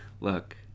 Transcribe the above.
Look